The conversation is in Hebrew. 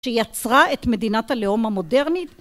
שיצרה את מדינת הלאום המודרנית